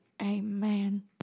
Amen